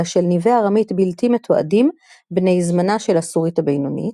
אלא של ניבי ארמית בלתי-מתועדים בני זמנה של הסורית הבינונית,